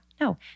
no